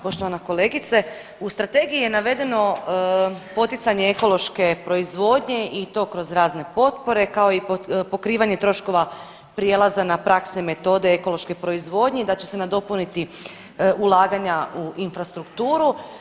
Poštovana kolegice, u strategiji je navedeno poticanje ekološke proizvodnje i to kroz razne potpore kao i pokrivanje troškova prijelaza na prakse, metode ekološke proizvodnje, da će se nadopuniti ulaganja u infrastrukturu.